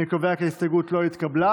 אני קובע כי ההסתייגות לא התקבלה.